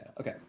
Okay